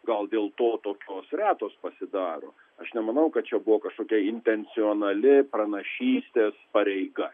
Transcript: gal dėl to tokios retos pasidaro aš nemanau kad čia buvo kažkokia intencionali pranašystės pareiga